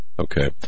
Okay